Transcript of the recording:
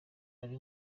ari